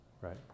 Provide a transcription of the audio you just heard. right